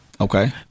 Okay